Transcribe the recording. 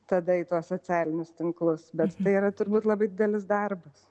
tada į tuos socialinius tinklus bet tai yra turbūt labai didelis darbas